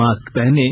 mask पहनें